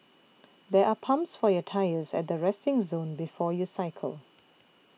there are pumps for your tyres at the resting zone before you cycle